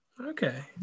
Okay